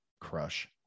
crush